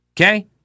Okay